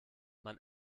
man